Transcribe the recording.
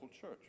church